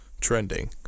trending